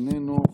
איננו.